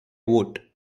vote